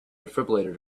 defibrillator